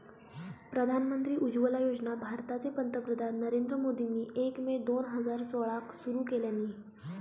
प्रधानमंत्री उज्ज्वला योजना भारताचे पंतप्रधान नरेंद्र मोदींनी एक मे दोन हजार सोळाक सुरू केल्यानी